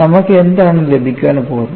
നമുക്ക് എന്താണ് ലഭിക്കാൻ പോകുന്നത്